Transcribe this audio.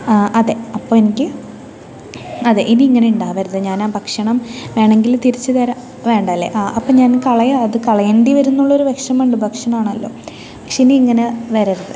അതെ അപ്പോൾ എനിക്ക് അതെ ഇനി ഇങ്ങനെ ഉണ്ടാവരുത് ഞാനാ ഭക്ഷണം വേണെങ്കിൽ തിരിച്ച് തരാം വേണ്ട അല്ലേ അപ്പം ഞാനത് കളയാം അത് കളയേണ്ടി വരുന്നു എന്നുള്ളൊരു വിഷമം ഉണ്ട് ഭക്ഷണമാണല്ലോ പക്ഷെ ഇനി ഇങ്ങനെ വരരുത്